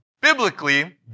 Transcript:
biblically